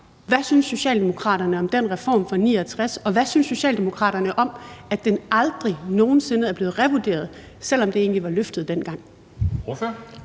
Hvad synes Socialdemokraterne om den reform fra 1969, og hvad synes Socialdemokraterne om, at den aldrig nogensinde er blevet revurderet, selv om det egentlig var løftet dengang?